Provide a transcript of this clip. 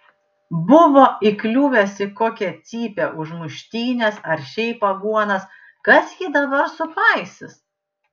buvo įkliuvęs į kokią cypę už muštynes ar šiaip aguonas kas jį dabar supaisys